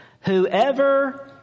whoever